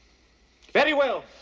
very well.